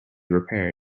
repaired